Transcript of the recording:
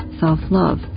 self-love